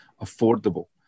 affordable